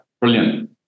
brilliant